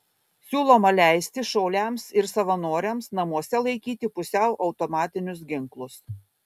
siūloma leisti šauliams ir savanoriams namuose laikyti pusiau automatinius ginklus